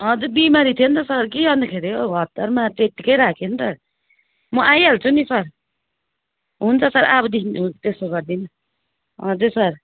हजुर बिमारी थियो नि त सर कि अन्तखेरि हौ हतारमा त्यतिकै राखेँ नि त म आइहाल्छु नि सर हुन्छ सर अबदेखि त्यसो गर्दिन हजुर सर